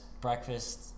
breakfast